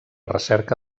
recerca